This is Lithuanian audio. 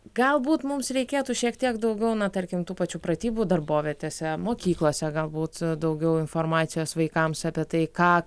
galbūt mums reikėtų šiek tiek daugiau na tarkim tų pačių pratybų darbovietėse mokyklose galbūt daugiau informacijos vaikams apie tai ką